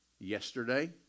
Yesterday